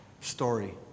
story